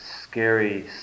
scary